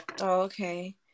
Okay